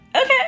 Okay